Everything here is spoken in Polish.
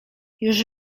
już